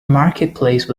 marketplace